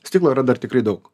stiklo yra dar tikrai daug